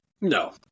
No